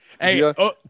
Hey